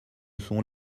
sont